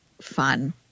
fun